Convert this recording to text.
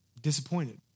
disappointed